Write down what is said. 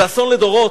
זה אסון לדורות,